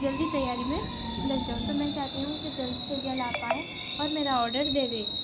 جلدی تیاری میں لگ جاؤں تو میں چاہتی ہوں کہ جلد سے جلد آپ آئیں اور میرا آرڈر دے دے